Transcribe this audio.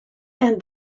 and